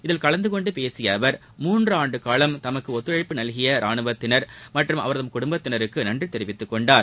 இதில் கலந்து கொண்டு பேசிய அவர் மூன்றாண்டு காலம் தமக்கு ஒத்துழைப்பு நல்கிய ரானுவத்தினர் மற்றும் அவர்தம் குடும்பத்தினருக்கு நன்றி தெரிவித்துக்கொண்டார்